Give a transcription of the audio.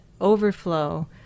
overflow